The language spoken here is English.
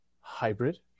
hybrid